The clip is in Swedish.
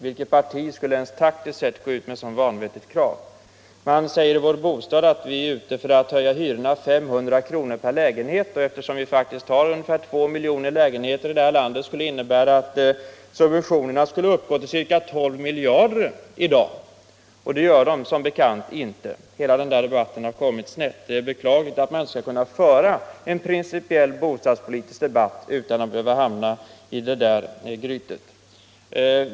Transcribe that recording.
Vilket parti skulle ens taktiskt sett kunna gå ut med ett sådant vanvettigt krav? Man säger i Vår Bostad att vi är ute för att höja hyrorna med 500 kr. per lägenhet. Eftersom vi faktiskt har ungefär 2 miljoner lägenheter i landet, skulle det innebära att subventionerna skulle uppgå till ca 12 miljarder i dag, och det gör de som bekant inte. Hela den här debatten har kommit snett. Det är beklagligt att man inte skall kunna föra en principiell bostadspolitisk debatt utan att behöva hamna så fel.